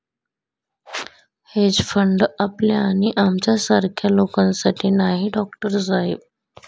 hedge fund आपल्या आणि आमच्यासारख्या लोकांसाठी नाही, डॉक्टर साहेब